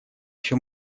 еще